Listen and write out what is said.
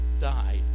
died